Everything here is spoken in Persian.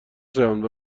شوند